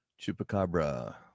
chupacabra